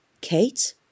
Kate